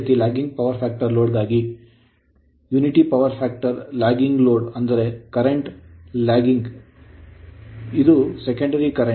ಅದೇ ರೀತಿ ಹಿಂದುಳಿದ ಪವರ್ ಫ್ಯಾಕ್ಟರ್ ಲೋಡ್ ಗಾಗಿ ಅಂದರೆ ಏಕತೆಗಾಗಿ ಪವರ್ ಫ್ಯಾಕ್ಟರ್ lagging load ಹಿಂದುಳಿದ ಹೊರೆ ಅಂದರೆ current ಪ್ರವಾಹವು lagging ಹಿಂದುಳಿದಿದೆ